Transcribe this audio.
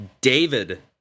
David